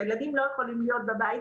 שהילדים לא יכולים להיות בבית,